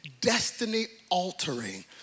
destiny-altering